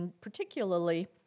particularly